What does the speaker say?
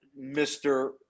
Mr